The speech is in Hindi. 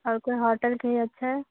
और कोई होटल कहीं अच्छा है